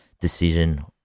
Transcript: decision